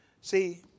See